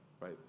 Right